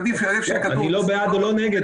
עדיף שיהיה כתוב --- אני לא בעד ולא נגד,